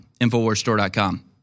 InfoWarsStore.com